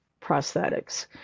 prosthetics